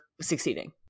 succeeding